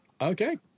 Okay